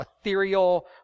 ethereal